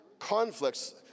Conflicts